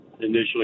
initially